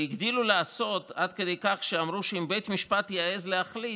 והגדילו לעשות עד כדי כך שאמרו שאם בית משפט יעז להחליט,